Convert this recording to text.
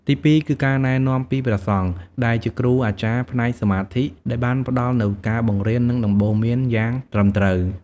ទីពីរគឺ ការណែនាំពីព្រះសង្ឃ ដែលជាគ្រូអាចារ្យផ្នែកសមាធិ ដែលបានផ្តល់នូវការបង្រៀននិងដំបូន្មានយ៉ាងត្រឹមត្រូវ។